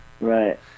Right